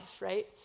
right